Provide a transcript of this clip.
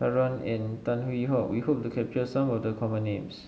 and Tan Hwee Hock we hope to capture some of the common names